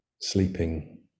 sleeping